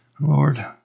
lord